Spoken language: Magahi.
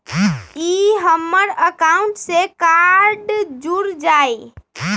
ई हमर अकाउंट से कार्ड जुर जाई?